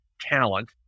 talent